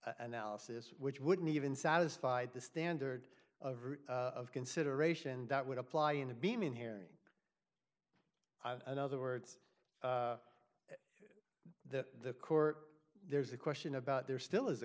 analysis which wouldn't even satisfied the standard of consideration that would apply in the beam in hearing another words the court there's a question about there still is a